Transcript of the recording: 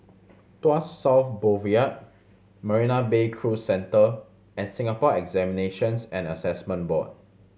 Tuas South Boulevard Marina Bay Cruise Centre and Singapore Examinations and Assessment Board